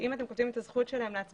שאם אתם כותבים את הזכות שלהם להצביע,